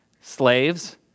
slaves